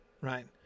right